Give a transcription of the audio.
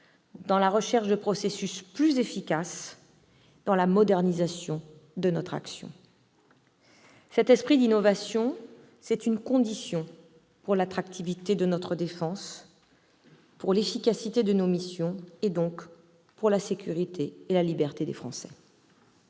dans la recherche de processus plus efficaces, dans la modernisation de notre action. Cet esprit d'innovation est une condition pour l'attractivité de la défense, pour l'efficacité de nos missions et donc pour la sécurité et la liberté des Français.